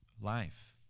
life